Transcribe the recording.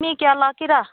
ꯃꯤ ꯀꯌꯥ ꯂꯥꯛꯀꯦꯔꯥ